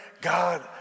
God